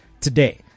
today